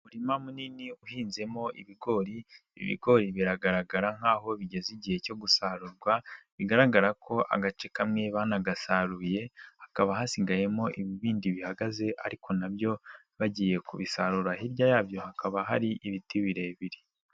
Umurima munini uhinzemo ibigori, ibigori biragaragara nk'aho bigeze igihe cyo gusarurwa, bigaragara ko agace kamwe banagasaruye, hakaba hasigayemo ibindi bihagaze ariko na byo bagiye kubisarura, hirya yabyo hakaba hari ibiti birebire.